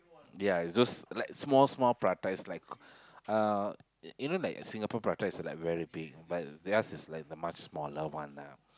ya is those like small small prata is like uh you know like Singapore prata is like very big but theirs is like the much smaller one lah